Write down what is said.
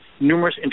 numerous